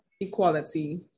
equality